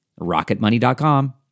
rocketmoney.com